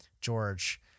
George